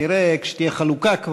נראה כשתהיה כבר חלוקה,